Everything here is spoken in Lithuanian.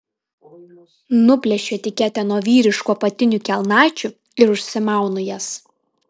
nuplėšiu etiketę nuo vyriškų apatinių kelnaičių ir užsimaunu jas